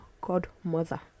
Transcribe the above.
godmother